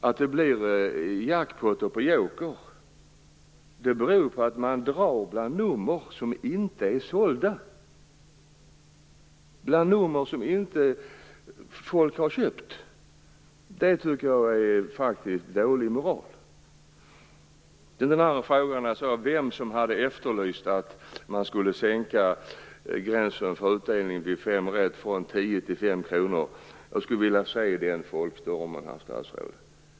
Att det blir jackpoter på Joker beror på att man drar bland nummer som inte är sålda - bland nummer som folk inte har köpt. Det tycker jag faktiskt är dålig moral. Vi talade om vem som hade efterlyst att man skulle sänka gränsen för utdelning vid fem rätt från 10 till 5 kr. Jag skulle vilja se den folkstormen, herr statsråd.